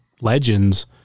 legends